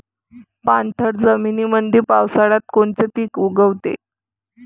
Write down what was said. पाणथळ जमीनीमंदी पावसाळ्यात कोनचे पिक उगवते?